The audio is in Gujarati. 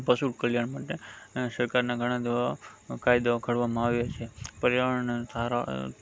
પશુ કલ્યાણ માટે સરકારના ઘણા તો કાયદાઓ કરવામાં આવ્યો છે પર્યાવરણ અને ધારા